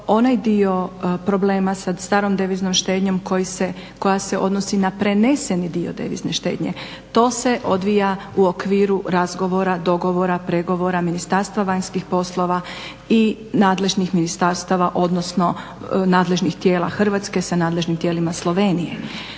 Onaj dio problema sa starom deviznom štednjom koja se odnosi na preneseni dio devizne štednje, to se odvija u okviru razgovora, dogovora, pregovora Ministarstva vanjskih poslova i nadležnih ministarstava, odnosno nadležnih tijela Hrvatske sa nadležnim tijelima Slovenije.